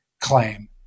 claim